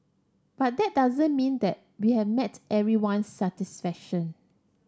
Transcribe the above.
but that doesn't mean that we have everyone's satisfaction